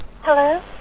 Hello